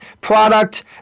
product